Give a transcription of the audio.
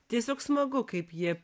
tiesiog smagu kaip jie